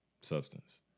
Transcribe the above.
substance